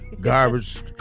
Garbage